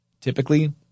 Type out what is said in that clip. typically